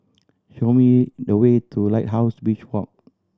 show me the way to Lighthouse Beach Walk